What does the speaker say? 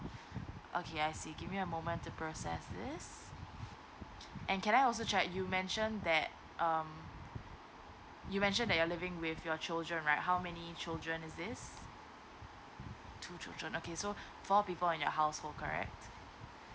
okay I see give me a moment to process this and can I also check you mentioned that um you mentioned that you are living with your children right how many children is it two children okay so four people in your household correct